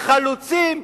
מחלוצים,